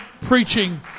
preaching